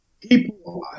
people